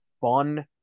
fun